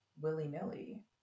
willy-nilly